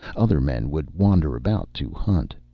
other men would wander about to hunt.